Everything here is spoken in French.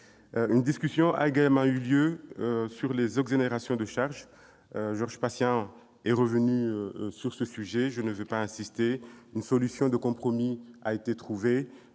Une discussion a également eu lieu sur les exonérations de charges, Georges Patient l'a évoquée et je ne vais pas insister. Une solution de compromis a été trouvée,